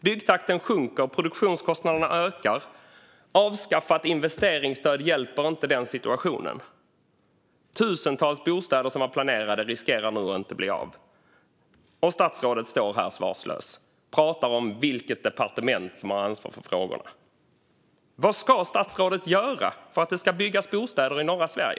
Byggtakten sjunker, och produktionskostnaderna ökar. Situationen är inte behjälpt av ett avskaffat investeringsstöd. Tusentals planerade bostäder riskerar nu att inte bli av. Och statsrådet står här svarslös. Han pratar om vilket departement som har ansvar för frågorna. Vad ska statsrådet göra för att det ska byggas bostäder i norra Sverige?